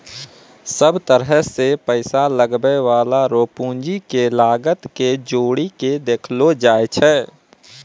सब तरह से पैसा लगबै वाला रो पूंजी के लागत के जोड़ी के देखलो जाय छै